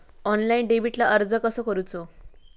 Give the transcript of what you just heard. Online डेबिटला अर्ज कसो करूचो?